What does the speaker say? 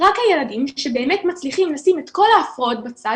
רק הילדים שבאמת מצליחים לשים את כל ההפרעות בצד